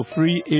Free